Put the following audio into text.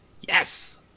Yes